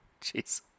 Jeez